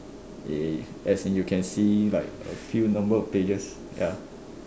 yes as in you can see like a few number of pages ya